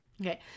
Okay